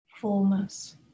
fullness